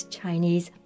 Chinese